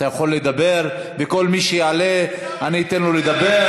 אתה יכול לדבר, וכל מי שיעלה, אני אתן לו לדבר.